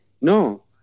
No